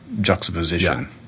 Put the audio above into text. juxtaposition